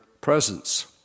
presence